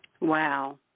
Wow